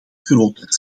groter